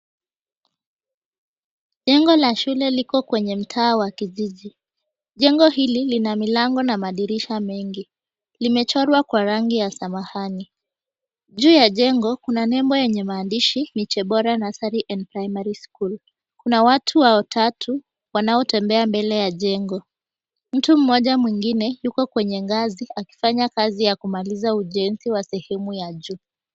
Jengo la shule liko kwenye mtaa wa kijiji. Jengo hili lina milango na madirisha mengi. Limechorwa kwa rangi ya samawati. Juu ya jengo kuna nembo yenye mahandishi, Miche Bora Primary and Nursery School . Kuna watu watatu wanaotembea mbele ya jengo. Mtu mmoja mwingine yuko kwenye ngazi akifanya kazi ya kumaliza ujenzi ya sehemu ya juu.